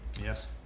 Yes